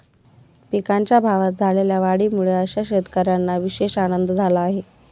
पिकांच्या भावात झालेल्या वाढीमुळे अशा शेतकऱ्यांना विशेष आनंद झाला आहे